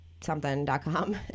something.com